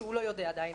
שהוא לא יודע עדיין.